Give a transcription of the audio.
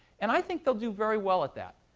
and i think they'll do very well at that.